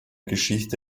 geschichte